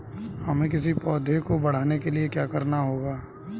हमें किसी पौधे को बढ़ाने के लिये क्या करना होगा?